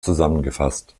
zusammengefasst